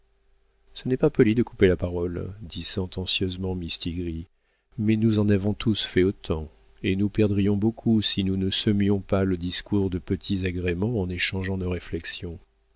ce n'est pas poli de couper la parole dit sentencieusement mistigris mais nous en avons tous fait autant et nous perdrions beaucoup si nous ne semions pas le discours de petits agréments en échangeant nos réflexions